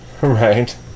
right